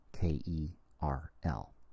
K-E-R-L